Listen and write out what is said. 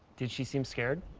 did she seem scared?